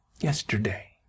Yesterday